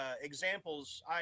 Examples